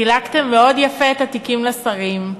חילקתם מאוד יפה את התיקים לשרים,